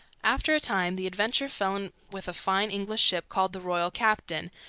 after a time the adventure fell in with a fine english ship, called the royal captain,